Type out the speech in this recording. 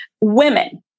Women